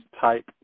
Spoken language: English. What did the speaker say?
type